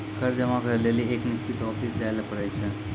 कर जमा करै लेली एक निश्चित ऑफिस जाय ल पड़ै छै